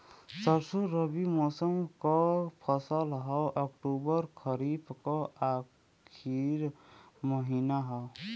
सरसो रबी मौसम क फसल हव अक्टूबर खरीफ क आखिर महीना हव